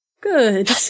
Good